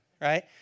right